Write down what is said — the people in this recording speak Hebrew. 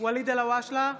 ואליד אלהואשלה,